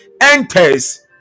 enters